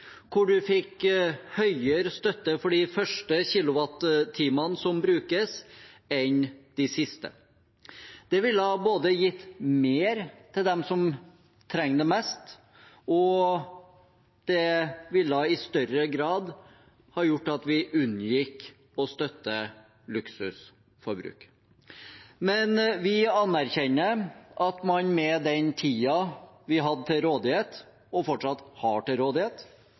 hvor man fikk høyere støtte for de første kilowatt-timene som brukes, enn for de siste. Det ville både gitt mer til dem som trenger det mest, og det ville i større grad gjort at vi unngikk å støtte luksusforbruk. Men vi anerkjenner at man med den tiden vi hadde til rådighet, og fortsatt har til rådighet,